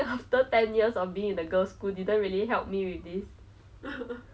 and then we stay in this Airbnb and then we are best friends yes but like